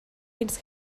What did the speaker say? fins